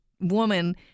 woman